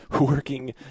working